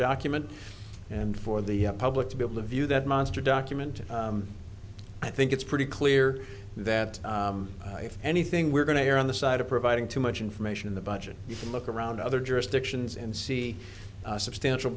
document and for the public to be able to view that monster document i think it's pretty clear that if anything we're going to err on the side of providing too much information in the budget you can look around other jurisdictions and see substantial